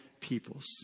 peoples